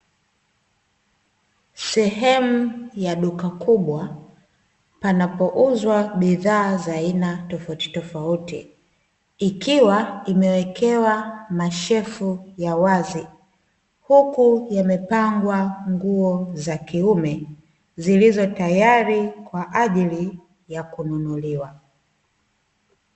Sehemu ya duka kubwa panapouzwa bidhaa tofautitofauti, ikiwa imewekewa mashelfu ya wazi, huku yamepangwa nguo za kiume zilizo tayari kwa ajili ya kununuliwa.